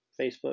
Facebook